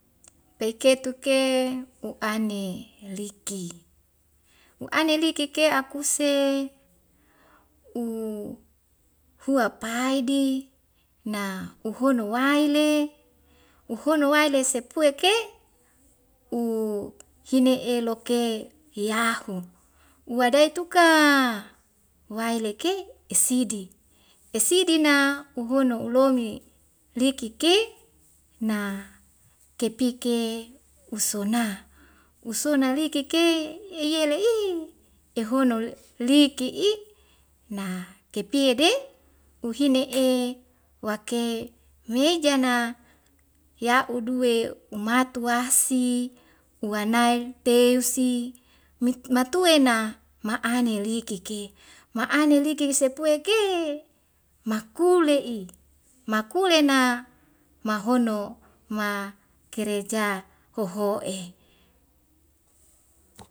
Pei ketuk ke u'ane liki u'ane liki ke akuse u huapai di na 'uhono waile uhono waile sepue ke u hini'e loke hiyahu uwadai tuka waileke esidi esidina uhun no ulomi liki ke na kepike usona usona liki ke eyele i ehono liki'i na kepie de uhine e wake meja na ya'uduwe umatuwasi uwanae teusi mit matue na ma'ane liki ke ma'ane liki sepue ke makule'i makule na mahono ma kereja hoho'e